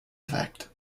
effect